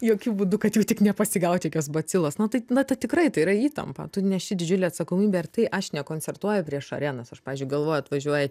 jokiu būdu kad jau tik nepasigaut jokios bacilos na tai na ta tikrai tai yra įtampa tu neši didžiulę atsakomybę ir tai aš nekoncertuoju prieš arenas aš pavyzdžiui galvoju atvažiuoja